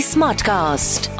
Smartcast